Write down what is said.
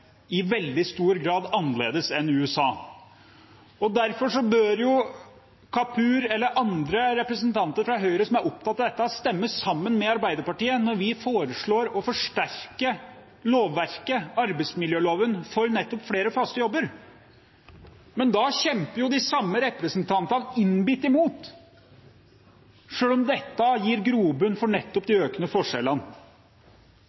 er opptatt av dette, stemme sammen med Arbeiderpartiet når vi foreslår å forsterke lovverket – arbeidsmiljøloven – for nettopp flere faste jobber. Men da kjemper de samme representantene innbitt imot, selv om dette gir grobunn for de